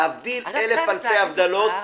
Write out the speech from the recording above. להבדיל אלף אלפי הבדלות,